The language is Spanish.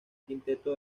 quinteto